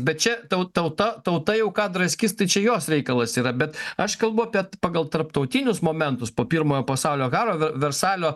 bet čia tau tauta tauta jau ką draskys tai čia jos reikalas yra bet aš kalbu apie pagal tarptautinius momentus po pirmojo pasaulinio karo versalio